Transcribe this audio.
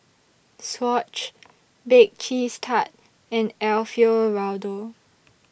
Swatch Bake Cheese Tart and Alfio Raldo